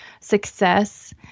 success